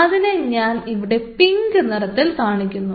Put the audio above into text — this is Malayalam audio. അതിനെ ഞാൻ ഇവിടെ പിങ്ക് നിറത്തിൽ കാണിക്കുന്നു